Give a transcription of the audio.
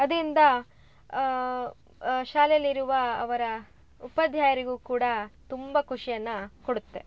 ಅದರಿಂದ ಶಾಲೆಯಲ್ಲಿರುವ ಅವರ ಉಪಾಧ್ಯಾಯರಿಗೂ ಕೂಡ ತುಂಬ ಖುಷಿಯನ್ನ ಕೊಡುತ್ತೆ